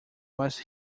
was